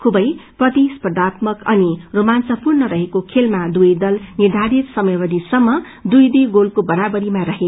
खुवै प्रतिस्पर्यात्मक अनि रोमार्चपूर्ण रहेको खेलामा दुवै दल निर्धारित समयावथिसम्म दुई दुई गोलको बराबरीमा रहे